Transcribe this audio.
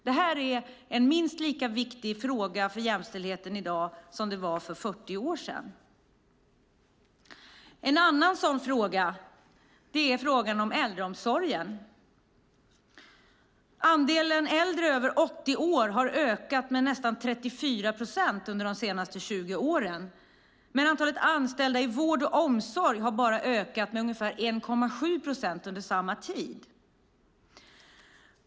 Detta är en minst lika viktig fråga för jämställdheten i dag som det var för 40 år sedan. En annan sådan fråga är äldreomsorgen. Andelen äldre över 80 år har ökat med nästan 34 procent under de senaste 20 åren, men antalet anställda i vård och omsorg har bara ökat med ungefär 1,7 procent under samma tid.